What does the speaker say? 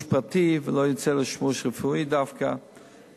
פרטי ולא יוצא לשימוש רפואי דווקא,